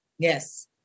Yes